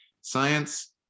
science